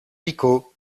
picaud